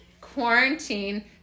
quarantine